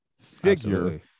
figure